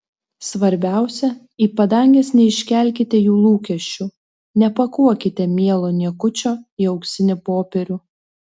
svarbiausia į padanges neiškelkite jų lūkesčių nepakuokite mielo niekučio į auksinį popierių